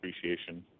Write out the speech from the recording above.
appreciation